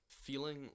feeling